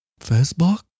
Facebook